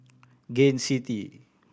Gain City